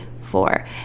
four